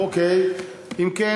כפי שאמרתי,